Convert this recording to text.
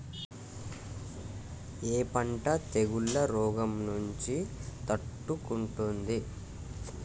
ఏ పంట తెగుళ్ల రోగం నుంచి తట్టుకుంటుంది?